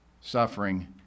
suffering